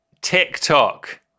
TikTok